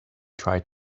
tried